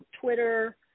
Twitter